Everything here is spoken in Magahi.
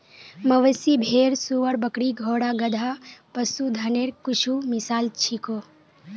मवेशी, भेड़, सूअर, बकरी, घोड़ा, गधा, पशुधनेर कुछु मिसाल छीको